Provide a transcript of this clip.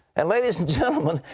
and ladies and gentlemen,